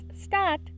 start